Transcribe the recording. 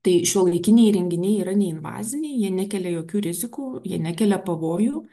tai šiuolaikiniai įrenginiai yra neinvaziniai jie nekelia jokių rizikų jie nekelia pavojų